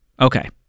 Okay